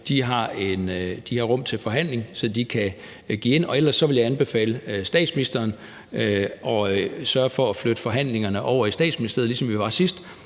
har rum til forhandling, så de kan give noget, og ellers vil jeg anbefale statsministeren at sørge for at flytte forhandlingerne over i Statsministeriet, ligesom vi var sidst,